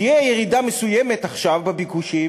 תהיה ירידה מסוימת עכשיו בביקושים,